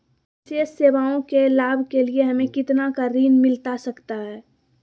विशेष सेवाओं के लाभ के लिए हमें कितना का ऋण मिलता सकता है?